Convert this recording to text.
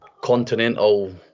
continental